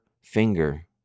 finger